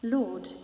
lord